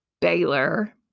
Baylor